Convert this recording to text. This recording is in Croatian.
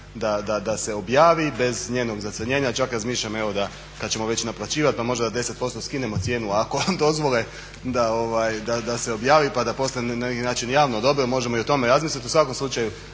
da se objavi bez njenog zacrnjenja čak razmišljam evo da kad ćemo već naplaćivat pa možda da 10% skinemo cijenu ako dozvole da se objavi pa da postane ne neki način javno dobro. Možemo i o tome razmislit. U svakom slučaju,